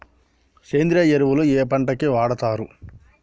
సేంద్రీయ ఎరువులు ఏ పంట కి వాడుతరు?